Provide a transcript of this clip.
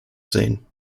sehen